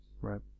right